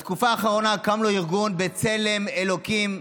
בתקופה האחרונה קם לו ארגון בצלם אלוקים,